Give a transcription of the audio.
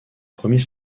premier